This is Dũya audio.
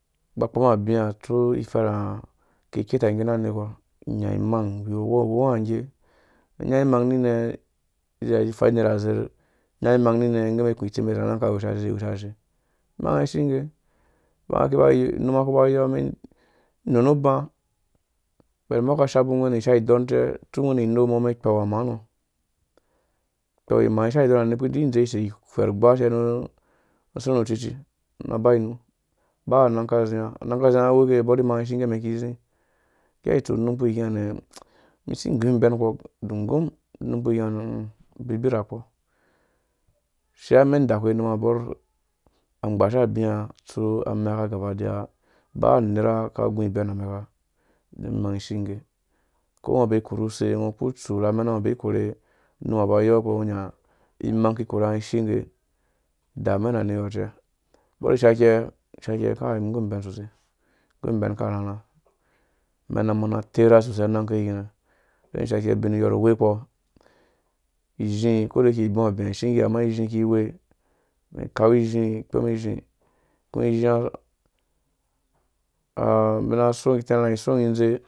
Aba akpɔm abĩã atsu iferhunga iwu ikerketa ngge na a nergwa, inyeimang ighogongha ngge ungo nya imang ninɛ iyia uku u? Ufai uner azer, inya imang minɛ̃ ingge ikũ itsimen izira nanf aka whushaze, imanga ishige ivang yɔɔumɛn inu nu ubã ubɛn umbo aka shapu ungwɛ̃ rhi ishaidon ucɛ atsu ungwɛ̃rhi inei umɔ̃ umɛn ikpoi imani ikpoi imaa ishardon ha umɛn ikpurhi ĩndze ikwɛr ugba ce nu na usĩrhũ ucuci na bang inu, uba anang aka ziã anang aka ziã a weke bɔr imanga ishingge umɛn iki ĩndzek. ĩnggea itsu unum ukpu ighiã nɛ̃, isi ĩnggũn ibɛ kpɔ udunggum, unum ukpuighinga nɛ̃ mm ubibi rakpɔ ashia umɛn idaka we unuma bɔr angbashi abĩã atsu uzarhunga ugaba daya uba unera aka agu ibɛn ba. Don imang ishingge uko ngo ubee ikurhu use, ungo ukpuru utsu ra amɛno ngo ubei ikurhe unuma uba uyokpɔ ungo nya imang ikikurhunga ishingge, idamɛn ha niyɔ usɛ bɔr ishaike ishaike umum igũm ibɛn. sosai igum iben aka rharha amena mum amena terha sosai anang keioghinã ungo uhwɛngo ishaike ubin ungɔru uwekpɔ izhi ukode yake ibɔ abĩ ishingge amma izhi iki iwe umɛn ikau izhi ikpomɛn izhi uko izhia aa abina asoke